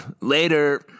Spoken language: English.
Later